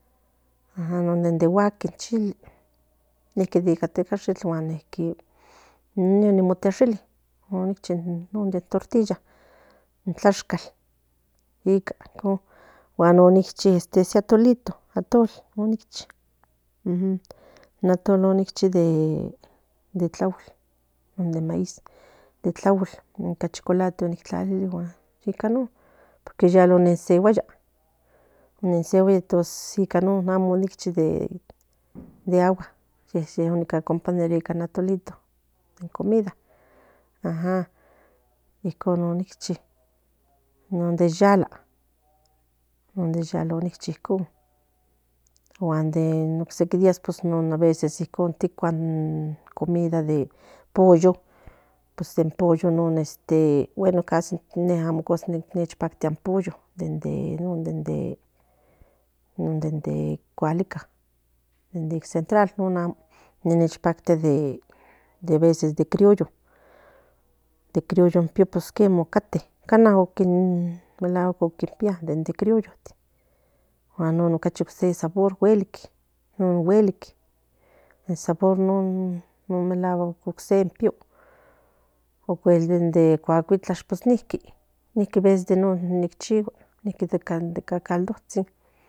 Ajan non dende huaki in chili niki dica tecaxitl huan neki in me onimotexili onic chi non den tortilla in tlaxcatl ica icon huan onic chi se atolito atol onic chi ijin natol onic chi de de tlaol huan de maíz de tlaol de chocolate onic tlalili ica non yiyala porque yala onen sehuaya onen sehuaya tos yinon no. Amó onic chi de agua ye onicacompañaro ica atolito in comida ajan icon onic chi non den yala no den yala onic chi icon huan de noc seki días pos non aveces ivon ticua in comida de pollo pos in pollo non esté bueno non. ne casi amó nichpactia in pollo den non dende dende cualica den dic central no. Amo ne nichpactia den de de veces de crioyotin de crioyo in pío pos quema ocate cana melahuac okinpia dede crioyotin huan non ocachi ocse sabor huelic non huelic in sabor non melahuac ocse in pío ocuel den den cuacuitlax pos niki niki aveces de non nic chihua de decacaldozhin.